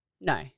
No